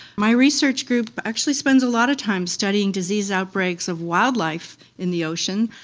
my research group actually spends a lot of time studying disease outbreaks of wildlife in the ocean.